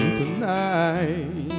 tonight